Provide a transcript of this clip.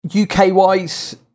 UK-wise